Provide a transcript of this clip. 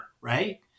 right